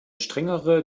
strengere